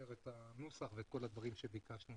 את הנוסח וכל את כל הדברים שביקשנו.